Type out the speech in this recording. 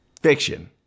Fiction